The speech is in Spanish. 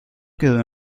quedó